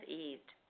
eased